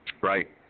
Right